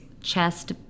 chest